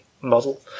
model